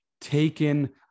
taken